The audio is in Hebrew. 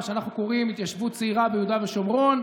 מה שאנחנו קוראים "התיישבות צעירה" ביהודה ושומרון,